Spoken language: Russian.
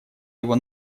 его